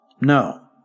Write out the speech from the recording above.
No